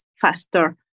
faster